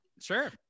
Sure